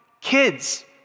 kids